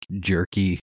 jerky